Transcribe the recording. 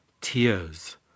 tears